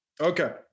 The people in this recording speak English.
Okay